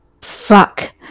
Fuck